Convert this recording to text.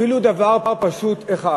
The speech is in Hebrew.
אפילו דבר פשוט אחד,